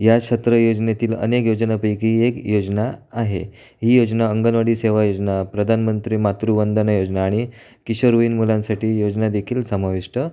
या छत्र योजनेतील अनेक योजनापैकी ही एक योजना आहे ही योजना अंगणवाडी सेवायोजना प्रधानमंत्री मातृवंदना योजना आणि किशोरवयीन मुलांसाठी योजना देखील समाविष्ट